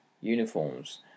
uniforms